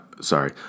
sorry